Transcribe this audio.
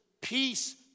Peace